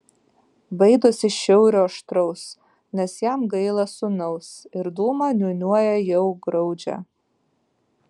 baidosi šiaurio aštraus nes jam gaila sūnaus ir dūmą niūniuoja jau griaudžią